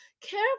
Care